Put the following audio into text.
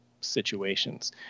situations